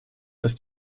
dass